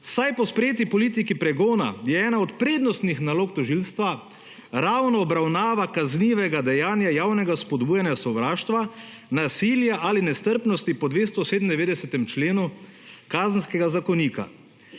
saj po sprejeti politiki pregona je ena od prednostnih nalog tožilstva ravno obravnava kaznivega dejanja javnega spodbujanja sovraštva, nasilje ali nestrpnosti po 297. členu Kazenskega zakonika.